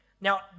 Now